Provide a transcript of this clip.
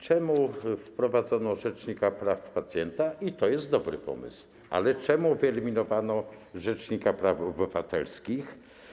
Czemu wprowadzono rzecznika praw pacjenta - i to jest dobry pomysł - ale czemu wyeliminowano rzecznika praw obywatelskich?